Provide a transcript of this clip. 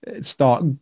start